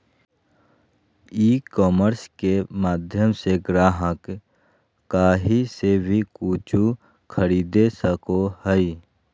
ई commerce के माध्यम से ग्राहक काही से वी कूचु खरीदे सको हइ